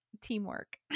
teamwork